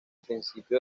principio